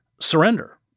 surrender